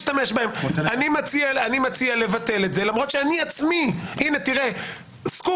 אני מציע לבטל את זה למרות שאני עצמי, הנה, סקופ,